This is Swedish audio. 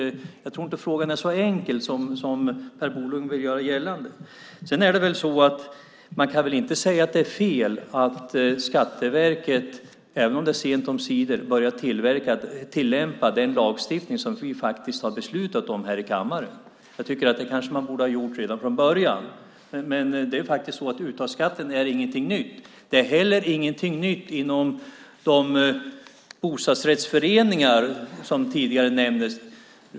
Jag tror inte att frågan är så enkel som Per Bolund vill göra gällande. Man kan väl inte säga att det är fel att Skatteverket, även om det är sent omsider, börjar tillämpa den lagstiftning som vi har beslutat om här i kammaren. Det borde man kanske ha gjort redan från början. Uttagsskatten är alltså inget nytt. Det är heller inget nytt inom de bostadsrättsföreningar som tidigare nämndes.